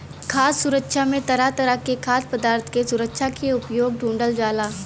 खाद्य सुरक्षा में तरह तरह के खाद्य पदार्थ के सुरक्षा के उपाय ढूढ़ल जाला